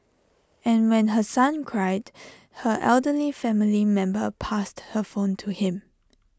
and when her son cried her elderly family member passed her phone to him